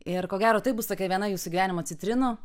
ir ko gero tai bus tokia viena jūsų gyvenimo citrinų